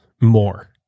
more